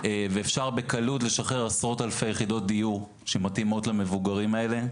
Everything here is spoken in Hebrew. ואפשר בקלות לשחרר עשרות אלפי יחידות דיור שמתאימות למבוגרים האלה,